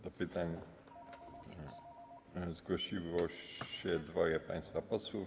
Do pytań zgłosiło się dwoje państwa posłów.